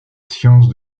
science